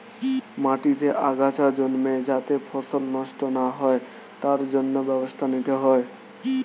মাটিতে আগাছা জন্মে যাতে ফসল নষ্ট না হয় তার জন্য ব্যবস্থা নিতে হয়